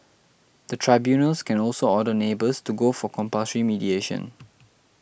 the tribunals can also order neighbours to go for compulsory mediation